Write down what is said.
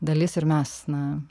dalis ir mes na